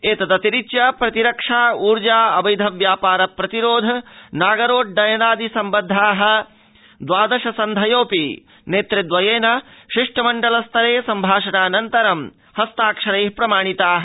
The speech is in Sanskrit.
एतदतिरिच्य प्रतिरक्षोर्जवैधव्यापार प्रतिरोध नागरोड़डयनादि सम्बद्धा द्वादश सन्धयोऽपि नेतृ द्वयेन शिष्टमण्डल स्तरे सम्भाषणाऽनन्तरं हस्ताक्षरै प्रमाणिता